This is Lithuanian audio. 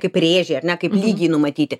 kaip rėžiai ar ne kaip lygiai numatyti